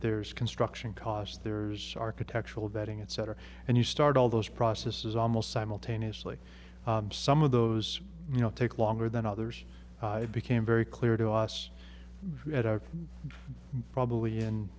there's construction costs there's architectural vetting etc and you start all those processes almost simultaneously some of those you know take longer than others became very clear to us and probably in